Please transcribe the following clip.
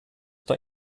that